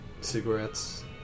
cigarettes